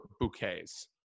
bouquets